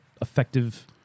effective